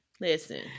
Listen